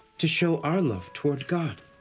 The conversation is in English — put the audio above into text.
to show our love toward god.